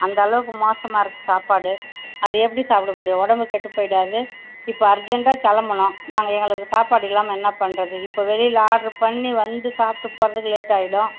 அந்த அளவுக்கு மோசமாக இருக்குது சாப்பாடு அதை எப்படி சாப்பிட முடியும் உடம்பு கெட்டுப்போயிடாது இப்போ அர்ஜென்டாக கிளம்புனோம் நாங்கள் எங்களுக்கு சாப்பாடு இல்லாமல் என்ன பண்றது இப்போ வெளியில் ஆட்ரு பண்ணி வந்து சாப்பிட்டு போகிறதுக்கு லேட் ஆகிடும்